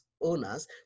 owners